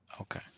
okay